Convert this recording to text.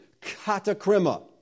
katakrima